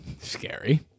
scary